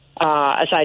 aside